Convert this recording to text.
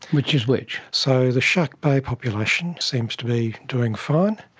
which is which? so the shark bay population seems to be doing fine,